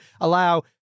allow